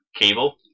Cable